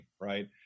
right